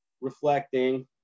reflecting